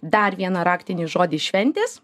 dar vieną raktinį žodį šventės